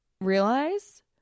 realize